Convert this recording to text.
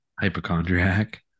hypochondriac